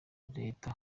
leta